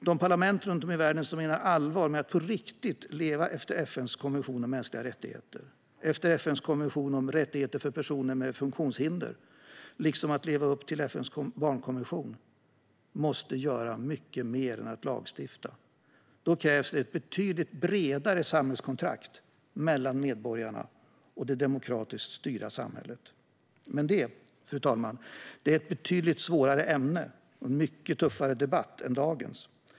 De parlament runt om i världen som menar allvar med att på riktigt leva efter FN:s konvention om mänskliga rättigheter och FN:s konvention om rättigheter för personer med funktionshinder och att leva upp till FN:s barnkonvention måste göra mycket mer än att lagstifta. Då krävs det ett betydligt bredare samhällskontrakt mellan medborgarna och det demokratiskt styrda samhället. Men detta, fru talman, är ett betydligt svårare ämne och en mycket tuffare debatt än dagens.